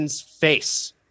face